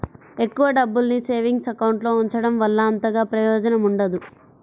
ఎక్కువ డబ్బుల్ని savings account లో ఉంచడం వల్ల అంతగా ప్రయోజనం ఉండదు